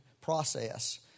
process